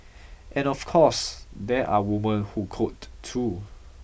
and of course there are women who code too